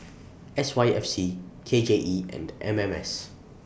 S Y F C K J E and M M S